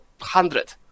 hundred